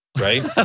right